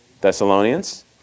Thessalonians